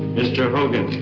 mr. hogan. aye.